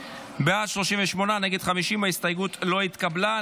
בעד, 38, נגד, 50. ההסתייגות לא התקבלה.